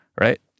right